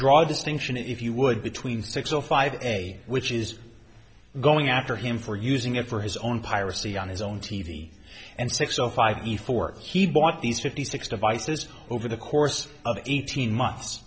draw a distinction if you would between six o five a which is going after him for using it for his own piracy on his own t v and six o five efore he bought these fifty six devices over the course of eighteen months